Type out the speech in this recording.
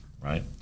right